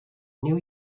new